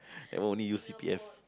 that one only use C_P_F